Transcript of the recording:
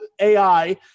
AI